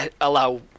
allow